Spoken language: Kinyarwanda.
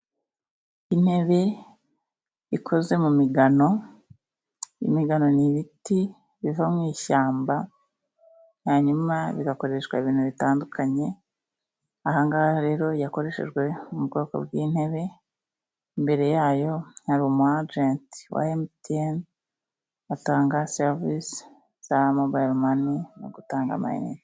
Intebe ikoze mu migano, imigano ni ibiti biva mu ishyamba hanyuma bigakoreshwa ibintu bitandukanye, aha ngaha rero yakoreshejwe mu bwoko bw'intebe, imbere yayo hari umwagenti wa emutiyene, atanga serivisi za mobayiro mani no gutanga amayinite.